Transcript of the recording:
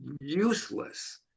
useless